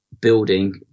Building